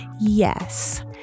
Yes